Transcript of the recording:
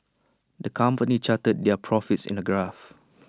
the company charted their profits in A graph